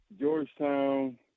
Georgetown